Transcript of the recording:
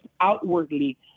outwardly